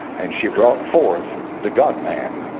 and she brought forth the god, man